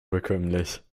bekömmlich